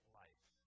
life